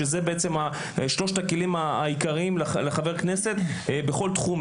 אלה שלושת הכלים העיקריים לחבר כנסת בכל תחום,